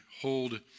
hold